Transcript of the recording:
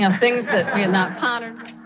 ah things that we have not pondered